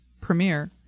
premiere